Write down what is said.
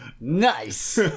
Nice